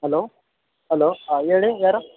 hello hello ಹಾಂ ಹೇಳಿ ಯಾರು